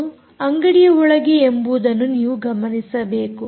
ಇದು ಅಂಗಡಿಯ ಒಳಗೆ ಎಂಬುವುದನ್ನು ನೀವು ಗಮನಿಸಬೇಕು